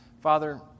Father